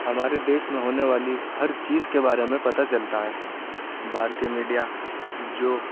ہمارے دیش میں ہونے والی ہر چیز کے بارے میں پتہ چلتا ہے بھارتیہ میڈیا جو